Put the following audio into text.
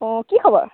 অঁ কি খবৰ